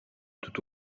tout